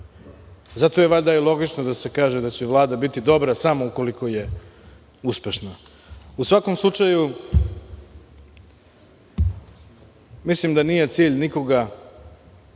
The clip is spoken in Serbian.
Zato je valjda logično da se kaže da će Vlada biti dobra samo ukoliko je uspešna.U svakom slučaju, mislim da nije cilj nikome